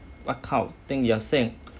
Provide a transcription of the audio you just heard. what kind of thing you're saying